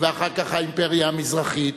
ואחר כך האימפריה המזרחית,